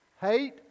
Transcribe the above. Hate